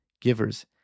givers